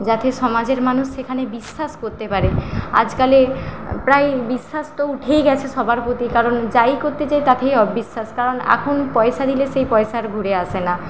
যাতে সমাজের মানুষ সেখানে বিশ্বাস করতে পারে আজকাল প্রায় বিশ্বাস তো উঠেই গেছে সবার প্রতি কারণ যাই করতে যাই তাতেই অবিশ্বাস কারণ এখন পয়সা দিলে সেই পয়সা আর ঘুরে আসে না